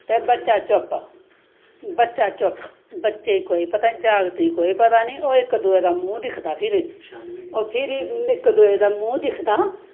ते बच्चा चुप्प बच्चा चुप्प बच्चें कोई पता नी जागतें कोई पता नी ओह् इक दुए दा मूंह दिखदा फिर ओह् फिर इक दुए दा मूंह दिखदा